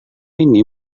ini